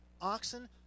oxen